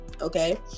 Okay